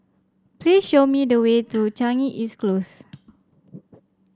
please show me the way to Changi East Close